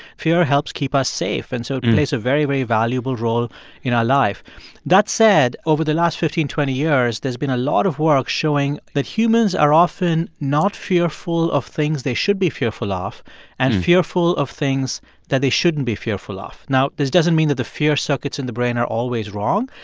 fear helps keep us safe, and so it plays a very, very valuable role in our life that said, over the last fifteen, twenty years, there's been a lot of work showing that humans are often not fearful of things they should be fearful ah of and fearful of things that they shouldn't be fearful of. now, this doesn't mean that the fear circuits in the brain are always wrong,